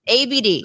ABD